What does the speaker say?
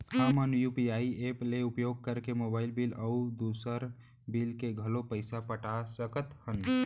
हमन UPI app के उपयोग करके मोबाइल बिल अऊ दुसर बिल के घलो पैसा पटा सकत हन